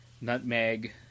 Nutmeg